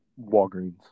Walgreens